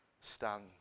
stand